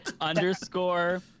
Underscore